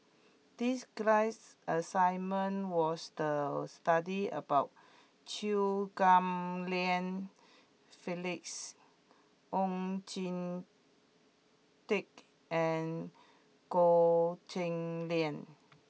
this class assignment was the study about Chew Ghim Lian Phyllis Oon Jin Teik and Goh Cheng Liang